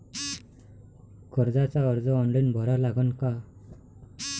कर्जाचा अर्ज ऑनलाईन भरा लागन का?